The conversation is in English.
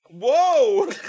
Whoa